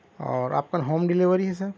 اور اپنی home delivery ہے سر